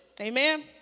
Amen